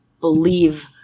believe